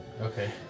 Okay